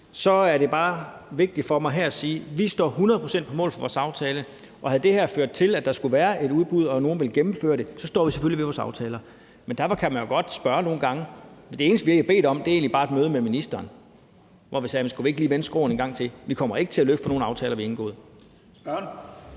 – er det bare vigtigt for mig her at sige, at vi står hundrede procent på mål for vores aftale. Havde det her ført til, at der skulle være et udbud, og at nogle ville gennemføre det, står vi selvfølgelig ved vores aftaler, men derfor kan man jo godt nogle gange stille spørgsmål. Men det eneste, vi har bedt om, er egentlig bare et møde med ministeren, hvor vi spurgte, om man ikke lige skulle vende skråen en gang til. Vi kommer ikke til at løbe fra nogen aftaler, vi har indgået. Kl.